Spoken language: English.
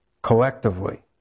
Collectively